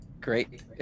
Great